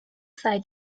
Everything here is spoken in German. sei